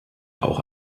auch